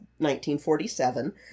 1947